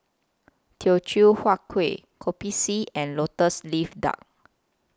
Teochew Huat Kuih Kopi C and Lotus Leaf Duck